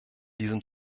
diesem